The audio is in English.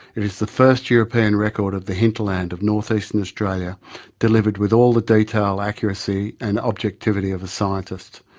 it is the first european record of the hinterland of north-eastern australia delivered with all the detail, accuracy and objectivity of a scientist.